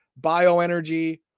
bioenergy